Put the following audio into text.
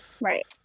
Right